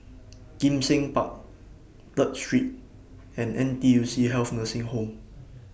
Kim Seng Park Third Street and N T U C Health Nursing Home